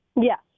Yes